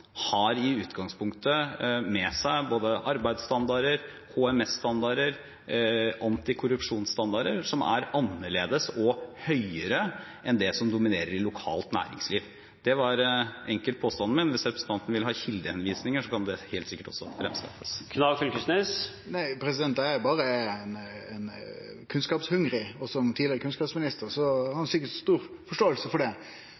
har i utgangspunktet med seg både arbeidsstandarder, HMS-standarder og antikorrupsjonsstandarder som er annerledes og høyere enn det som dominerer i lokalt næringsliv. Det var påstanden min. Hvis representanten vil ha kildehenvisninger, kan det helt sikkert fremskaffes. Eg er berre kunnskapshungrig, og som tidlegare kunnskapsminister har han sikkert stor forståing for det,